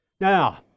Now